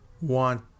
want